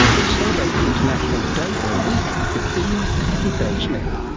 we celebrate the international day or week of the bee with bel smith.